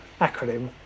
acronym